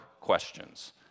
questions